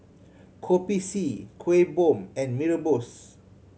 Kopi C Kuih Bom and Mee Rebus